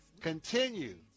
Continue